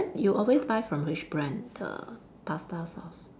then you always buy from which brand the pasta sauce